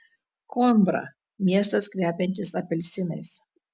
koimbra miestas kvepiantis apelsinais